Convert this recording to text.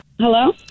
Hello